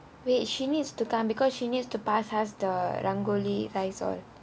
wait she needs to come because she needs to pass us the rangoli rice all